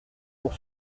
pour